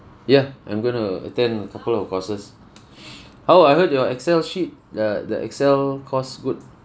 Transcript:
ya I'm going to attend a couple of courses how I heard your excel sheet the the excel course good